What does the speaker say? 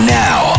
now